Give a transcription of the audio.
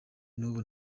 n’ubu